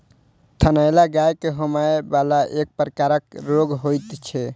थनैल गाय के होमय बला एक प्रकारक रोग होइत छै